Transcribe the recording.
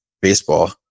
baseball